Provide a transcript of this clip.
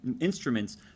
instruments